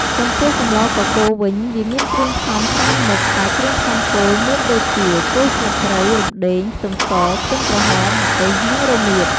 ចំពោះសម្លកកូរវិញ វាមានគ្រឿងផ្សំច្រើនមុខ តែគ្រឿងផ្សំគោលមានដូចជា គល់ស្លឹកគ្រៃ រំដេង ខ្ទឹមស ខ្ទឹមក្រហម ម្ទេស និងរមៀត។